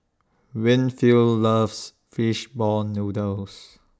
Winfield loves Fish Ball Noodles